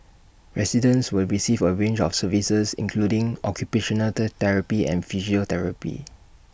residents will receive A range of services including occupational the therapy and physiotherapy